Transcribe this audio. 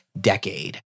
decade